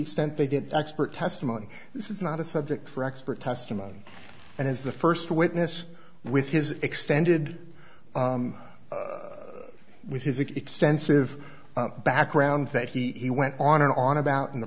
extent they get expert testimony this is not a subject for expert testimony and is the first witness with his extended with his extensive background that he went on and on about in the